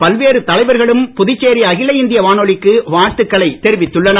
பல்வேறு தலைவர்களும் புதுச்சேரி அகில இந்திய வானொலிக்கு வாழ்த்துக்களை தெரிவித்துள்ளனர்